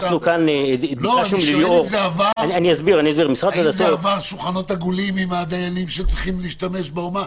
אני שואל האם זה עבר שולחנות עגולים עם הדיינים שצריכים להשתמש בה?